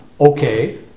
Okay